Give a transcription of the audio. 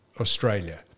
Australia